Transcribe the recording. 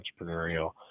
entrepreneurial